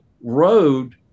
road